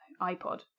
ipod